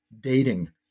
dating